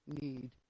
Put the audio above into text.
need